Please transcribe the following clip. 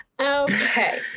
okay